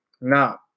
Now